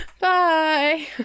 Bye